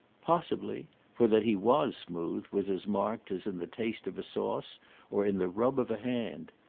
possibly for that he was smooth was as marked as in the taste of a sauce or in the rub of a hand.